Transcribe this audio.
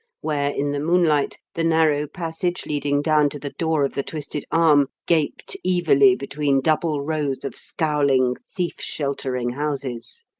where, in the moonlight, the narrow passage leading down to the door of the twisted arm gaped evilly between double rows of scowling, thief-sheltering houses.